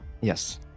Yes